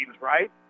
right